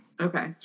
Okay